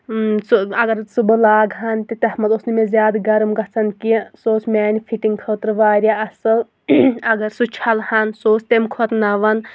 سُہ اگر سُہ بہٕ لاگہَن تہٕ تَتھ منٛز اوس نہٕ مےٚ زیادٕ گَرم گژھان کینٛہہ سُہ اوس میٛانہِ فِٹِنٛگ خٲطرٕ واریاہ اَصٕل اَگر سُہ چھَلہَن سُہ اوس تَمہِ کھۄتہٕ نَوَان